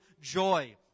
joy